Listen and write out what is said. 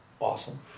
awesome